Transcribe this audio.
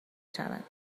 شوند